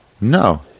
No